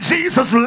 Jesus